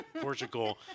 Portugal